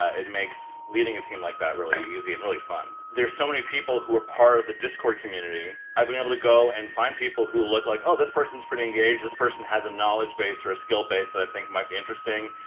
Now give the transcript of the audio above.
ah it makes leading a team like that really and easy and really fun. there's so many people who are part of the discord community, i've been able to go and find people who look like, oh, this person is pretty engaged, this person has a knowledge base or a skill base that i think might be interesting,